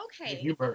Okay